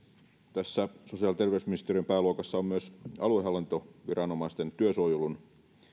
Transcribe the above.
tässä sosiaali ja terveysministeriön pääluokassa ovat myös aluehallintoviranomaisten työsuojelun